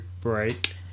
break